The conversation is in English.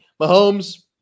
Mahomes